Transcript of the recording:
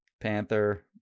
Panther